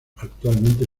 actualmente